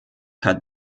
hat